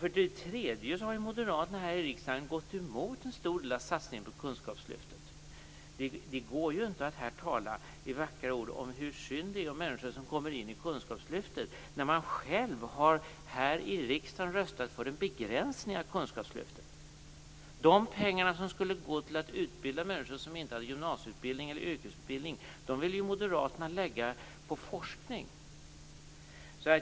För det tredje har moderaterna här i riksdagen gått emot en stor del av satsningen på kunskapslyftet. Det går ju inte att här tala i vackra ord om hur synd det är om människor som kommer in i kunskapslyftet när man själv här i riksdagen har röstat för en begränsning av kunskapslyftet. De pengar som skulle gå till att utbilda människor som inte hade gymnasie eller yrkesutbildning vill ju moderaterna lägga på forskning.